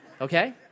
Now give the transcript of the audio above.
okay